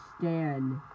stand